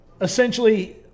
essentially